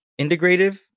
integrative